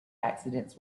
accidents